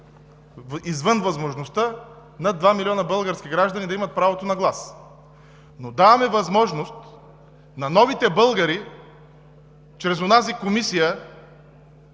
извън възможността над два милиона български граждани да имат правото на глас, но даваме възможност на новите българи чрез онази Комисия,